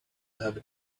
have